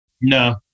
No